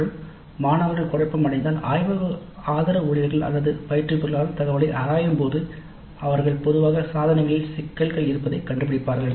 மற்றும் மாணவர்கள் குழப்பம் அடைந்தால் ஆய்வக ஆதரவு ஊழியர்கள் அல்லது பயிற்றுவிப்பாளர்கள் தகவலை ஆராயும்போது அவர்கள் பொதுவாக சாதனங்களில் சிக்கல்கள் இருப்பதைக் கண்டுபிடிப்பார்கள்